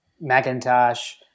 Macintosh